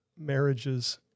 marriages